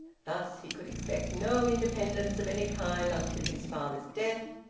thus he could expect no independence of any kind until his father's death,